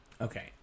Okay